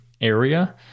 area